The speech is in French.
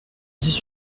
dix